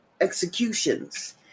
executions